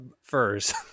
furs